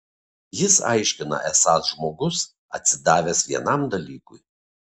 jis aiškina esąs žmogus atsidavęs vienam dalykui